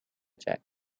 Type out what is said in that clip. jack